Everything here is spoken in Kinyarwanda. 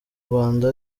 rwanda